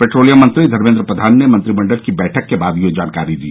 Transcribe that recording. petroleum मंत्री धर्मेद्र प्रधान ने मंत्रिमंडल की बैठक के बाद यह जानकारी दी